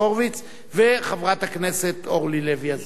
הורוביץ ושל חברת הכנסת אורלי לוי אבקסיס.